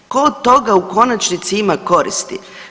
Tko od toga u konačnici ima koristi?